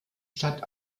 stadt